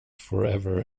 forever